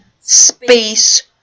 space